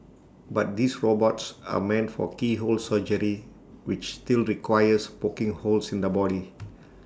but these robots are meant for keyhole surgery which still requires poking holes in the body